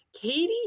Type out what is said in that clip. Katie